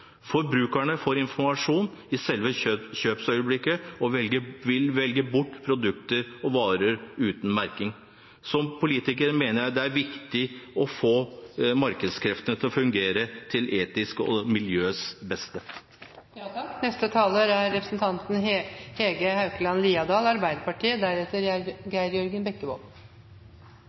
Forbrukerne får informasjon i selve kjøpsøyeblikket og vil velge bort produkter og varer uten merking. Som politiker mener jeg det er viktig å få markedskreftene til å fungere til etikkens og miljøets beste. Norge kan gå foran på mange områder, og innføring av en mulig etikkinformasjonslov er